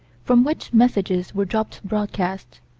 from which messages were dropped broadcast.